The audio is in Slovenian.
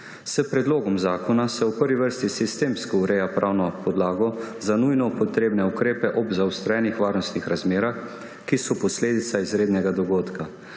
S predlogom zakona se v prvi vrsti sistemsko ureja pravno podlago za nujno potrebne ukrepe ob zaostrenih varnostnih razmerah, ki so posledica izrednega dogodka.